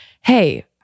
hey